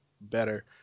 better